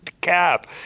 cap